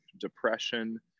depression